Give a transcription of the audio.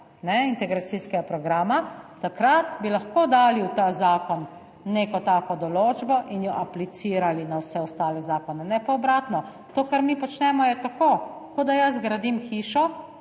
integracijskega programa, takrat bi lahko dali v ta zakon neko tako določbo in jo aplicirali na vse ostale zakone, ne pa obratno. To, kar mi počnemo, je tako, kot da jaz gradim hišo